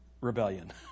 rebellion